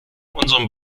unserem